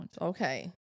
okay